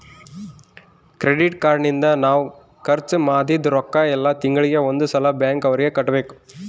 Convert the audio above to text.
credit card ನಿಂದ ನಾವ್ ಖರ್ಚ ಮದಿದ್ದ್ ರೊಕ್ಕ ಯೆಲ್ಲ ತಿಂಗಳಿಗೆ ಒಂದ್ ಸಲ ಬ್ಯಾಂಕ್ ಅವರಿಗೆ ಕಟ್ಬೆಕು